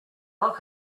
love